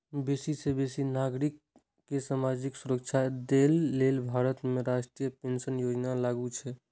बेसी सं बेसी नागरिक कें सामाजिक सुरक्षा दए लेल भारत में राष्ट्रीय पेंशन योजना लागू छै